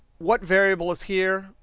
what variable is here?